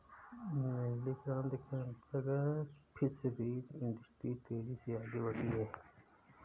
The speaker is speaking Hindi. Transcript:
नीली क्रांति के अंतर्गत फिशरीज इंडस्ट्री तेजी से आगे बढ़ी